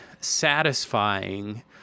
satisfying